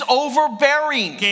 overbearing